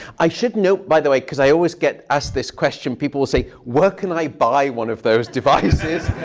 i should note, by the way, because i always get asked this question people will say, where can i buy one of those devices?